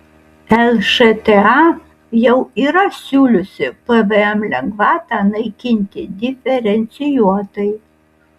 lšta jau yra siūliusi pvm lengvatą naikinti diferencijuotai